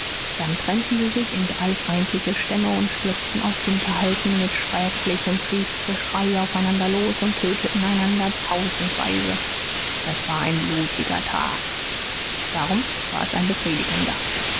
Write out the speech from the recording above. dann trennten sie sich in drei feindliche stämme und stürzten aus hinterhalten mit schrecklichem kriegsgeschrei aufeinander los und töteten einander tausendweise es war ein blutiger tag darum war es ein befriedigender